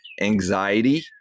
anxiety